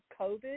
COVID